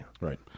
Right